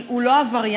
הוא לא עבריין,